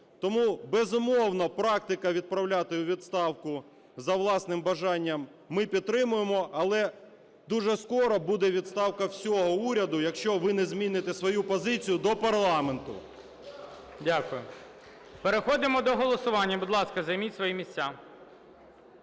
Тому, безумовно, практику відправляти у відставку за власним бажанням ми підтримуємо, але дуже скоро буде відставка всього уряду, якщо ви не зміните свою позицію до парламенту. ГОЛОВУЮЧИЙ. Дякую. Переходимо до голосування. Будь ласка, займіть свої місця.